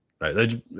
right